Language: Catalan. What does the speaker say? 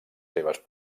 seves